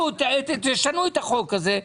תשנו את החוק הזה.